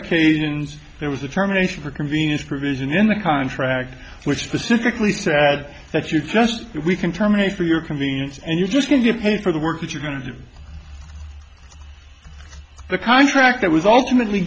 occasions there was a terminations or convenience provision in the contract which specifically said that you just we can terminate for your convenience and you just can't get paid for the work that you're going to the contract that was ultimately